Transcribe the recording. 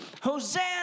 Hosanna